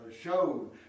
showed